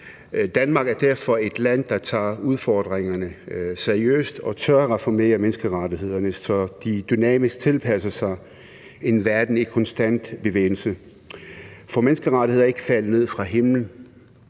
Danmark er derfor et land, der tager udfordringerne seriøst og tør reformere menneskerettighederne, så de dynamisk tilpasser sig en verden i konstant bevægelse. For menneskerettigheder er ikke faldet ned fra himlen.